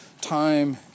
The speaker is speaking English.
time